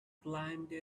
climbed